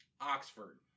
Oxford